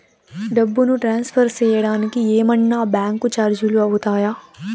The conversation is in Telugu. డబ్బును ట్రాన్స్ఫర్ సేయడానికి ఏమన్నా బ్యాంకు చార్జీలు అవుతాయా?